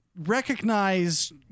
Recognize